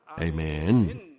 Amen